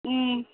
ம்